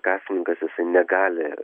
kasininkas jis negali